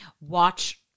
Watch